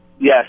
Yes